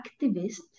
activist